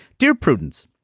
dear prudence.